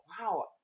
wow